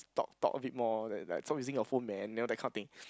talk talk a bit more like like stop using your man you know that kind of thing